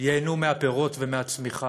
ייהנו מהפירות ומהצמיחה.